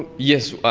yes,